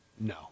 No